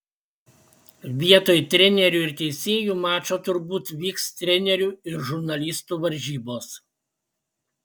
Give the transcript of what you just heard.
vietoj trenerių ir teisėjų mačo turbūt vyks trenerių ir žurnalistų varžybos